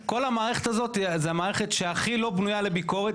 כל המערכת הזו היא מערכת שהכי לא בנויה לביקורת.